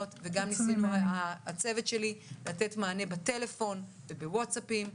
וגם --- הצוות שלי לתת מענה בטלפון ובוואטסאפים.